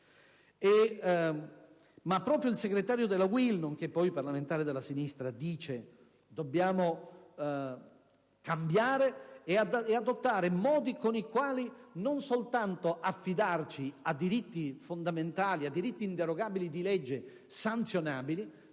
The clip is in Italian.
Ma proprio il segretario della UIL, nonché, poi, parlamentare della sinistra, dice anche: «Dobbiamo cambiare, e adottare modi con i quali non soltanto affidarci a diritti fondamentali e inderogabili di legge sanzionabili,